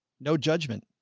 no judgment.